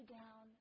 down